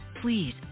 please